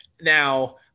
now